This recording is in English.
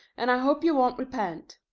and i hope you won't repent.